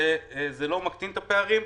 זה לא מקטין את הפערים,